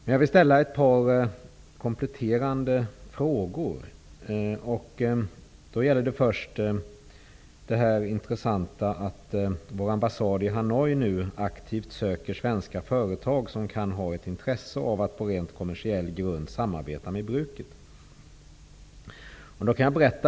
Jag vill ställa ett par kompletterande frågor. Det gäller först det intressanta, att vår ambassad i Hanoi nu aktivt söker svenska företag som kan ha ett intresse av att på rent kommersiell grund samarbeta med bruket.